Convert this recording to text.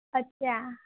अच्छा